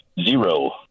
Zero